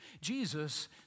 Jesus